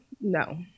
No